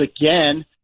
again